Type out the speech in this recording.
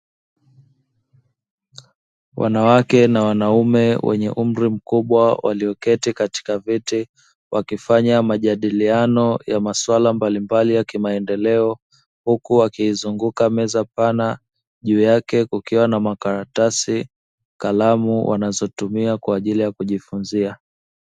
Wanawake na wanaume wenye umri mkubwa walioketi katika viti wakifanya majadiliano ya maswala mbalimbali ya kimaendeleo, huku wakizunguka meza pana juu yake kukiwa na: makaratasi, kalamu wanazotumia kwa ajili ya kujifunzia.